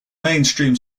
mainstream